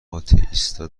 آتئیستا